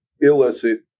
illicit